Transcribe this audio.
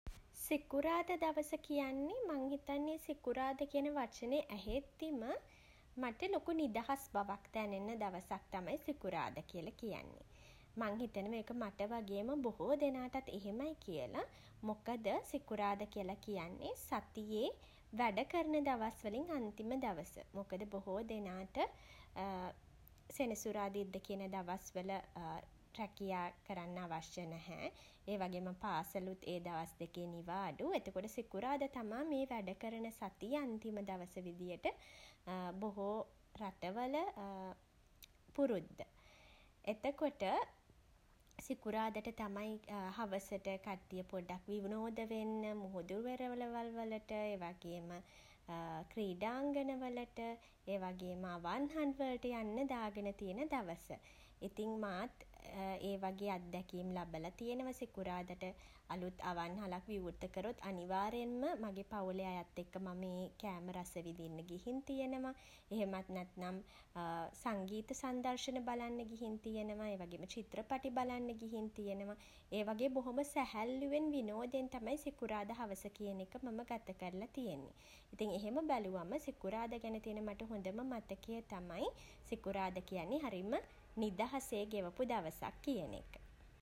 සිකුරාදා දවස කියන්නේ මං හිතන්නේ සිකුරාදා කියන වචනය ඇහෙද්දීම මට ලොකු නිදහස් බවක් දැනෙන දවසක් තමයි සිකුරාදා කියලා කියන්නෙ. මං හිතනවා ඒක මට වගේම බොහෝ දෙනාටත් එහෙමයි කියල. මොකද සිකුරාද කියලා කියන්නේ සතියේ වැඩකරන දවස් වලින් අන්තිම දවස. මොකද බොහෝ දෙනාට සෙනසුරාදා ඉරිදා කියන දවස්වල රැකියා කරන්න අවශ්‍ය නැහැ. ඒ වගේම පාසලුත් ඒ දවස් දෙකේ නිවාඩු. එතකොට සිකුරාදා තමා මේ වැඩකරන සතියේ අන්තිම දවස විදියට බොහෝ රටවල පුරුද්ද. එතකොට සිකුරාදට තමයි හවසට කට්ටිය පොඩ්ඩක් විනෝද වෙන්න මුහුදු වෙරළවල් වලට ඒ වගේම ක්‍රීඩාංගණවලට ඒවගේම අවන්හල් වලට යන්න දාගෙන තියෙන දවස. ඉතින් මාත් ඒ වගේ අත්දැකීම් ලබලා තියෙනවා. සිකුරාදට අලුත් අවන්හලක් විවෘත කළොත් අනිවාර්යෙන්ම මගේ පවුලේ අයත් එක්ක මම ඒ කෑම රස විදින්න ගිහින් තියෙනව. එහෙමත් නැත්නම් සංගීත සංදර්ශන බලන්න ගිහින් තියෙනවා. ඒ වගේම චිත්‍රපටි බලන්න ගිහින් තියෙනවා. ඒ වගේ බොහොම සැහැල්ලුවෙන් විනෝදයෙන් තමයි සිකුරාද හවස කියන එක මම ගත කරලා තියෙන්නේ. ඉතින් එහෙම බැලුවම සිකුරාද ගැන තියෙන මට හොඳම මතකය තමයි සිකුරාද කියන්නේ හරිම නිදහසේ ගෙවපු දවසක් කියන එක.